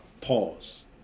Pause